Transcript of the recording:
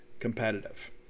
competitive